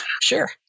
sure